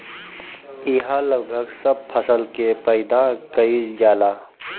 इहा लगभग सब फसल के पैदा कईल जाला